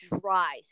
dry